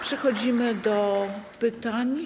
Przechodzimy do pytań.